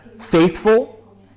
faithful